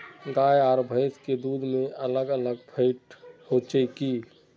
गाय आर भैंस के दूध में अलग अलग फेट होचे की?